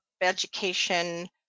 education